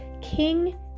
King